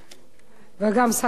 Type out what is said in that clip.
וגם שר המשפטים,